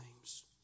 names